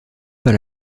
par